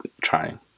trying